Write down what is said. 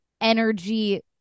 energy